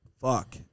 fuck